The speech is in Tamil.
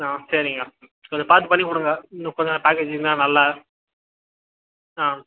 ஆ சரிங்க கொஞ்சம் பார்த்து பண்ணி கொடுங்க இன்னும் கொஞ்சம் பேக்கேஜு இன்னும் நல்லா ஆ